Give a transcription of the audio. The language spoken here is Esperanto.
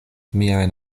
miajn